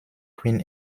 queen